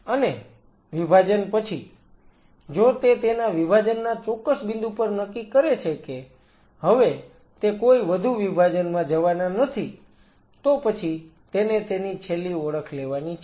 અને વિભાજન પછી જો તે તેના વિભાજનના ચોક્કસ બિંદુ પર નક્કી કરે છે કે હવે તે કોઈ વધુ વિભાજનમાં જવાના નથી તો પછી તેને તેની છેલ્લી ઓળખ લેવાની છે